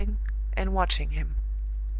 and watching him.